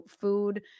food